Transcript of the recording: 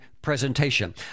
presentation